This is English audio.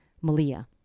Malia